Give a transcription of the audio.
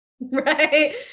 Right